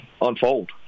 unfold